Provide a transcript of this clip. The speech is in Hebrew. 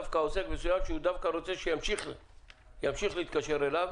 דווקא עוסק מסוים שהוא דווקא רוצה שימשיך להתקשר אליו